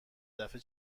دفعه